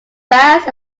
fast